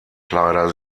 kleider